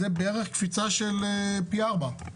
זה בערך קפיצה של פי ארבע.